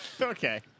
Okay